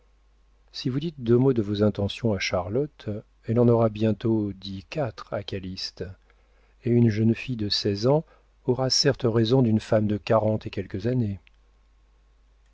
si vous dites deux mots de vos intentions à charlotte elle en aura bientôt dit quatre à calyste et une jeune fille de seize ans aura certes raison d'une femme de quarante et quelques années